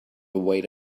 wait